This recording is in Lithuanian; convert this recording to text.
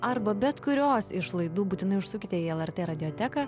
arba bet kurios iš laidų būtinai užsukite į lrt radioteką